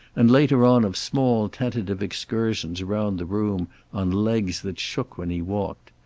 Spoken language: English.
and later on of small tentative excursions around the room on legs that shook when he walked.